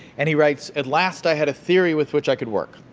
and he writes, at last i had a theory with which i could work.